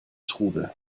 trubel